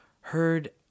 heard